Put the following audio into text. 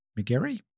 McGarry